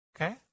Okay